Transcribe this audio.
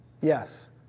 Yes